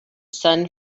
sun